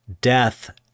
death